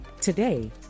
Today